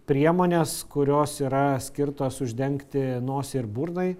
priemones kurios yra skirtos uždengti nosį ir burnai